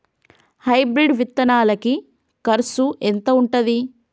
Hybrid విత్తనాలకి కరుసు ఎంత ఉంటది?